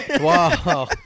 Wow